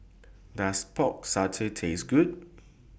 Does Pork Satay Taste Good